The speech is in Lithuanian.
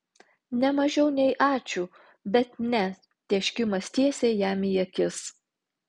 ne mažiau nei ačiū bet ne tėškimas tiesiai jam į akis